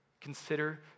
Consider